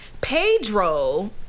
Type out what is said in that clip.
Pedro